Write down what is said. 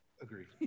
Agreed